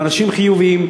הם אנשים חיוביים.